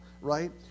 right